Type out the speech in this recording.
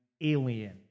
Alien